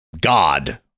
god